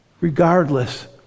regardless